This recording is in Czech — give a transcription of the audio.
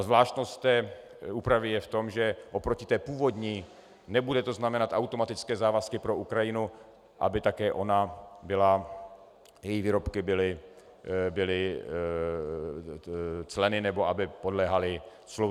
Zvláštnost té úpravy je v tom, že oproti původní nebude to znamenat automatické závazky pro Ukrajinu, aby také ona byla, její výrobky byly cleny nebo aby podléhaly clu.